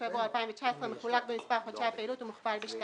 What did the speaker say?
פברואר 2019 מחולק במספר חודשי הפעילות ומוכפל ב-2,